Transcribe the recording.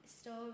story